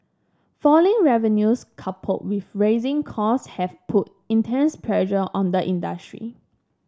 falling revenues coupled with rising costs have put intense pressure on the industry